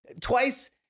twice